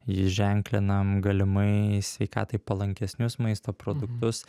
jį ženklinam galimai sveikatai palankesnius maisto produktus